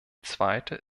zweite